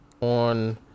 on